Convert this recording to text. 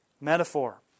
Metaphor